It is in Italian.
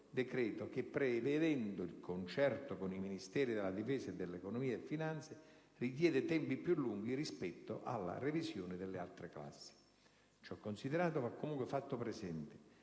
decreto che, prevedendo il concerto con i Ministeri della difesa e dell'economia e finanze, richiede tempi più lunghi rispetto alla revisione delle altre classi. Ciò considerato, va comunque fatto presente